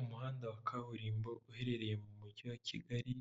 Umuhanda wa kaburimbo uherereye mu mujyi wa Kigali